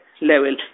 level